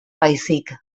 baizik